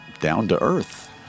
down-to-earth